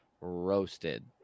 roasted